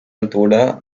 altura